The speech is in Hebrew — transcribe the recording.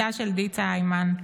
בתה של דיצה הימן,